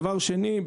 דבר שני,